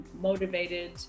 motivated